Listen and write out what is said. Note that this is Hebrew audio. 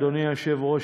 אדוני היושב-ראש,